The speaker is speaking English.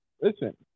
Listen